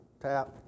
tap